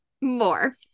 More